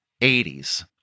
80s